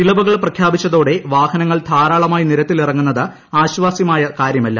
ഇളവുകൾ പ്ര പ്രഖ്യാപിച്ചതോടെ വാഹനങ്ങൾ ധാരാളമായി നിരത്തിലിർങ്ങുന്നത് ആശ്വാസ്യമായ കാര്യമല്ല